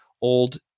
old